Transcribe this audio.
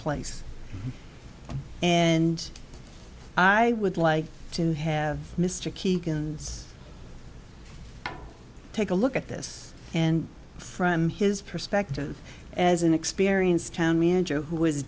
place and i would like to have mr keegan's take a look at this and from his perspective as an experienced town manager who